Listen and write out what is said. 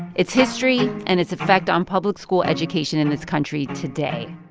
its history, and its effect on public school education in this country today.